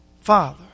Father